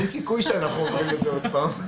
אין סיכוי שאנחנו עוברים את זה שוב.